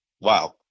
Wow